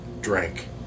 drank